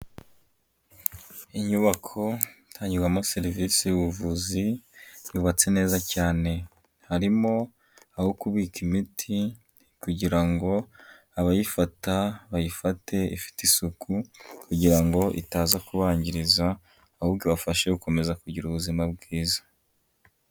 Inyubako itangirwamo serivisi y'ubuvuzi yubatse neza cyane. Harimo aho kubika imiti kugira ngo abayifata bayifate ifite isuku kugira ngo itaza kubangiriza ahubwo ibafashe gukomeza kugira ubuzima bwiza.